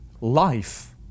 life